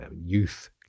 Youth